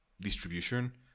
distribution